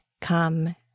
come